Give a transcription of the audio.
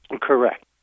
Correct